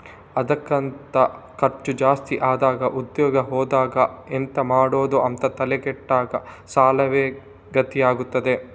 ಆದಾಯಕ್ಕಿಂತ ಖರ್ಚು ಜಾಸ್ತಿ ಆದಾಗ ಉದ್ಯೋಗ ಹೋದಾಗ ಎಂತ ಮಾಡುದು ಅಂತ ತಲೆ ಕೆಟ್ಟಾಗ ಸಾಲವೇ ಗತಿ ಆಗ್ತದೆ